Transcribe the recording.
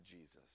Jesus